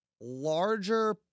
larger